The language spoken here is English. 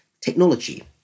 technology